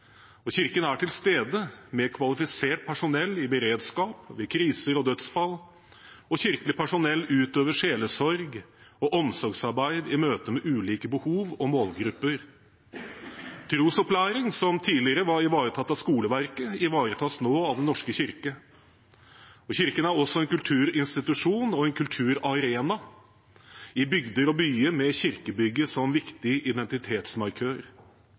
landet. Kirken er til stede med kvalifisert personell i beredskap ved kriser og dødsfall. Kirkelig personell utøver sjelesorg og omsorgsarbeid i møte med ulike behov og målgrupper. Trosopplæring, som tidligere var ivaretatt av skoleverket, ivaretas nå av Den norske kirke. Kirken er også en kulturinstitusjon og en kulturarena i bygder og byer, med kirkebygget som viktig identitetsmarkør.